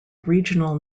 regional